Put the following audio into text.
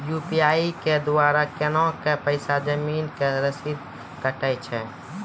UPI के द्वारा केना कऽ पैसा जमीन के रसीद कटैय छै?